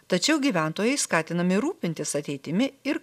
tačiau gyventojai skatinami rūpintis ateitimi ir